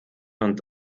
und